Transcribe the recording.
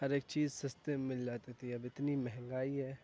ہر ایک چیز سستے میں مل جاتی تھی اب اتنی مہنگائی ہے